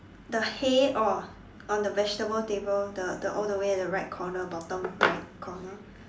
the hay or on the vegetable table the the all the way at the right corner bottom right corner